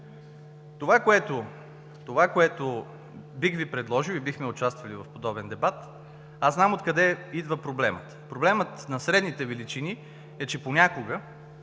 Това, което бих Ви предложил и бихме участвали в подобен дебат – аз знам откъде идва проблемът, проблемът на средните величини е, че понякога